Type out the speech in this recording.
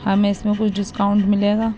ہمیں اس میں کچھ ڈسکاؤنٹ ملے گا